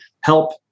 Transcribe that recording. help